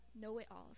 know-it-alls